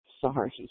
Sorry